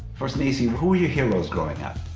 first niecy, who were your heroes growing up?